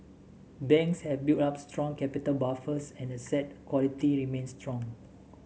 banks have built up strong capital buffers and asset quality remains strong